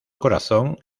corazón